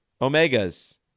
Omegas